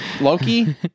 Loki